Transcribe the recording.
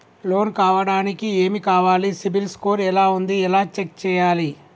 Loan కావడానికి ఏమి కావాలి సిబిల్ స్కోర్ ఎలా ఉంది ఎలా చెక్ చేయాలి?